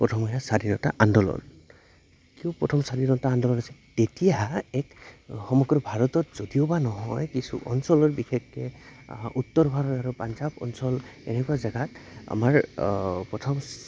প্ৰথম এয়া স্বাধীনতা আন্দোলন কিয় প্ৰথম স্বাধীনতা আন্দোলন আছে তেতিয়া এক সমগ্ৰ ভাৰতত যদিও বা নহয় কিছু অঞ্চলৰ বিশেষকৈ উত্তৰ ভাৰত আৰু পাঞ্জাৱ অঞ্চল এনেকুৱা জেগাত আমাৰ প্ৰথম